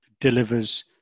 delivers